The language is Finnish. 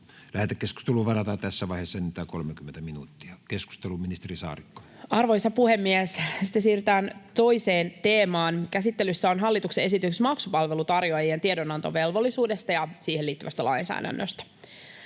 koskevaksi lainsäädännöksi Time: 14:50 Content: Arvoisa puhemies! Sitten siirrytään toiseen teemaan. Käsittelyssä on hallituksen esitys maksupalveluntarjoajien tiedonantovelvollisuudesta ja siihen liittyvästä lainsäädännöstä.